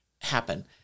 happen